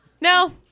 No